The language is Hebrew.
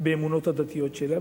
באמונות הדתיות שלה,